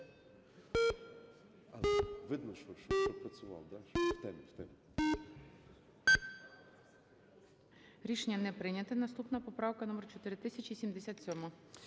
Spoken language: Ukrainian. Рішення не прийнято. Наступна поправка - номер 4077.